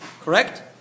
Correct